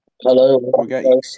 Hello